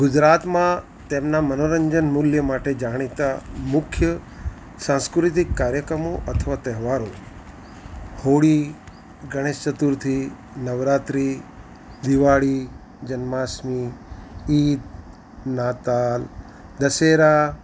ગુજરાતમાં તેમના મનોરંજન મૂલ્ય માટે જાણીતા મુખ્ય સાંસ્કૃતિક કાર્યક્રમો અથવા તહેવારો હોળી ગણેશ ચતુર્થી નવરાત્રી દિવાળી જન્માષ્ટમી ઈદ નાતાલ દશેરા